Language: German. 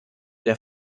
der